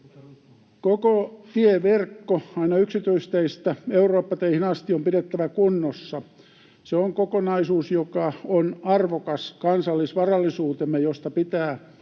Koko tieverkko aina yksityisteistä Eurooppa-teihin asti on pidettävä kunnossa. Se on kokonaisuus, joka on arvokas kansallisvarallisuutemme, ja se pitää